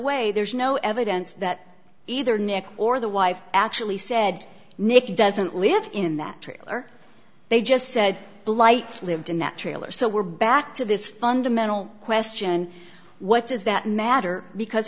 way there's no evidence that either nick or the wife actually said nick doesn't live in that trailer they just said blight lived in that trailer so we're back to this fundamental question what does that matter because